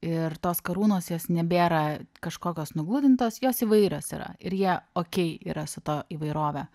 ir tos karūnos jos nebėra kažkokios nugludintos jos įvairios yra ir jie okei yra su ta įvairove